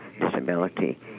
disability